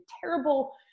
terrible